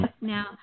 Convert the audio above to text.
Now